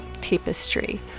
tapestry